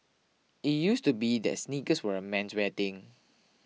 it used to be that sneakers were a menswear thing